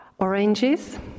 Oranges